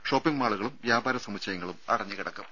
shopping മാളുകളും വ്യാപാര സമുച്ചയങ്ങളും അടഞ്ഞു കിടക്കും